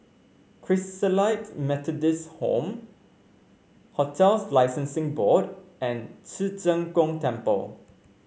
Christalite Methodist Home Hotels Licensing Board and Ci Zheng Gong Temple